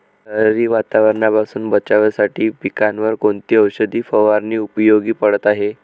लहरी वातावरणापासून बचावासाठी पिकांवर कोणती औषध फवारणी उपयोगी पडत आहे?